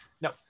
No